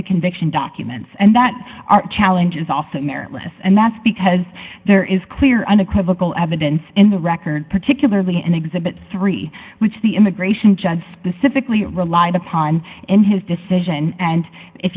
the conviction documents and that our challenge is often meritless and that's because there is clear unequivocal evidence in the record particularly in exhibit three which the immigration judge specifically relied upon in his decision and if